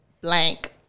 blank